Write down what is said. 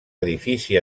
edifici